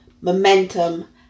Momentum